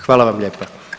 Hvala vam lijepa.